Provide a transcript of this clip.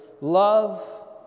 love